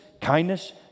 kindness